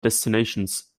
destinations